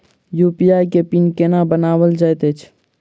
UPI केँ PIN केना बनायल जाइत अछि